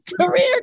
career